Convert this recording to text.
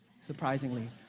surprisingly